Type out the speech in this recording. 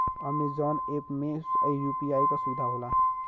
Amazon app में UPI क सुविधा होला